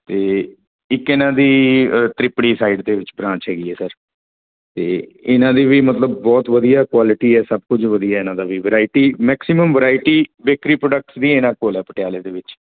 ਅਤੇ ਇੱਕ ਇਹਨਾਂ ਦੀ ਤ੍ਰਿਪੜੀ ਸਾਈਡ ਦੇ ਵਿੱਚ ਬਰਾਂਚ ਹੈਗੀ ਹੈ ਸਰ ਅਤੇ ਇਹਨਾਂ ਦੀ ਵੀ ਮਤਲਬ ਬਹੁਤ ਵਧੀਆ ਕੁਆਲਿਟੀ ਹੈ ਸਭ ਕੁਝ ਵਧੀਆ ਇਹਨਾਂ ਦਾ ਵੀ variety maximum variety bakery products ਦੀ ਇਹਨਾਂ ਕੋਲ ਹੈ ਪਟਿਆਲੇ ਦੇ ਵਿੱਚ